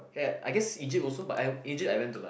ya I guess Egypt also but I Egypt I went to like